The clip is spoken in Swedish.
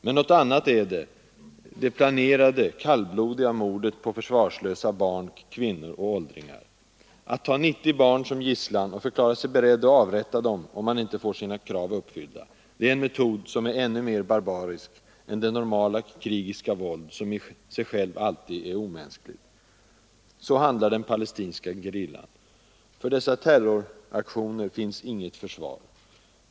Men något annat är det planerade kallblodiga mordet på försvarslösa barn, kvinnor och åldringar. Att ta 90 barn som gisslan och förklara sig beredd att avrätta dem, om man inte får sina krav uppfyllda, det är en metod som är ännu mer barbarisk än det ”normala” krigiska våld som i sig självt alltid är omänskligt. Så handlar den palestinska gerillan. För dessa terroraktioner finns inget försvar.